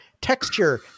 texture